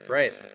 right